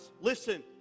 Listen